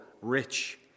rich